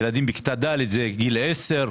ילדים בכיתה ד', זה גיל 10,